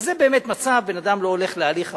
אז זה באמת מצב, בן-אדם לא הולך להליך ארוך,